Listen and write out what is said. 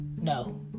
No